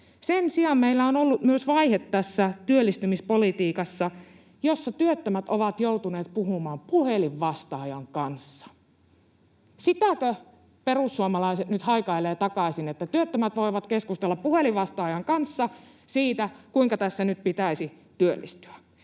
Sen sijaan meillä on ollut tässä työllistymispolitiikassa myös vaihe, jossa työttömät ovat joutuneet puhumaan puhelinvastaajan kanssa. Sitäkö perussuomalaiset nyt haikailevat takaisin, että työttömät voivat keskustella puhelinvastaajan kanssa siitä, kuinka tässä nyt pitäisi työllistyä?